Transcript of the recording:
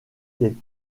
des